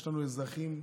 יש לנו אזרחים טובים,